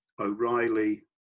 O'Reilly